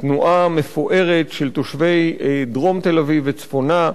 תנועה מפוארת של תושבי דרום תל-אביב וצפונה,